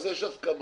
אז יש הסכמה.